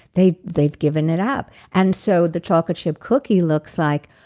they've they've given it up. and so the chocolate chip cookie looks like,